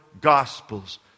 gospels